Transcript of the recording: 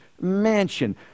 mansion